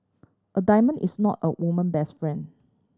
a diamond is not a woman best friend